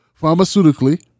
pharmaceutically